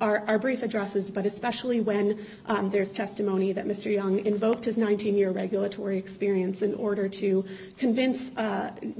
our brief addresses but especially when there's testimony that mr young invoked his nineteen year regulatory experience in order to convince